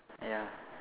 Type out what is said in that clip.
ya